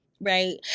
right